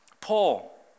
paul